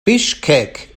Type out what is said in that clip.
bischkek